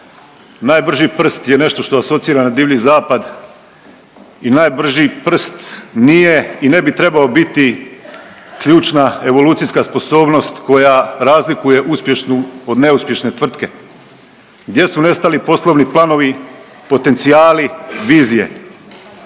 Najbrži prst je nešto što asocira na Divlji zapad i najbrži prst nije i ne bi trebao biti ključna evolucijska sposobnost koja razlikuje uspješnu od neuspješne tvrtke. Gdje su nestali poslovni planovi, potencijali, vizije?